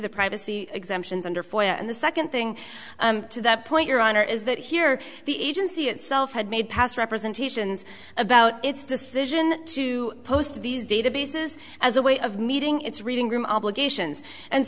the privacy exemptions under fire and the second thing to that point your honor is that here the agency itself had made past representations about its decision to post these databases as a way of meeting its reading room obligations and